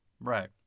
Right